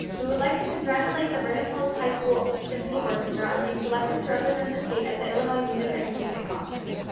we would like to congratulate the vernon hills high school symphony orchestra on being selected to represent the state at the illinois music education conference.